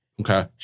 Okay